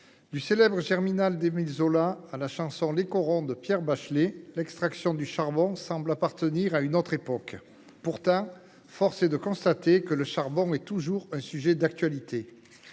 du célèbre d’Émile Zola à la chanson de Pierre Bachelet, l’extraction du charbon semble appartenir à une autre époque. Pourtant, force est de constater que le charbon est toujours un sujet d’actualité.